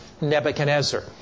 Nebuchadnezzar